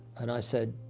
and i said,